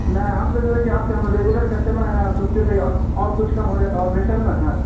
نہیں آپ سے جو ہے کہ آپ کے ہم ریگولر کسٹمر ہیں آپ سستے سے اور اور کچھ کم ہو جائے تو اور بہتر نا ہے